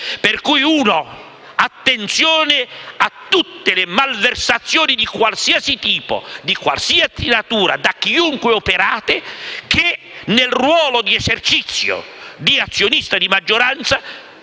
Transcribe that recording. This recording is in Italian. Per cui attenzione a tutte le malversazioni di qualsiasi tipo, di qualsiasi natura, da chiunque operate che nel ruolo di esercizio di azionista di maggioranza